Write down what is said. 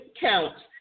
counts